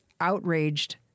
outraged